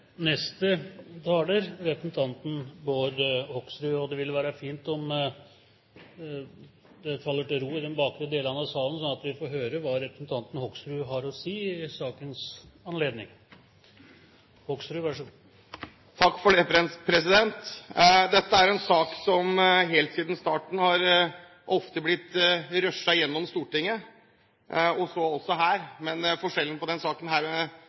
Neste taler er Bård Hoksrud. Det ville være fint om man faller til ro bak i salen, slik at vi får høre hva representanten Hoksrud har å si i sakens anledning. Takk for det. Dette er en sak som helt siden starten ofte har blitt rushet gjennom i Stortinget. Så også nå. Forskjellen på denne saken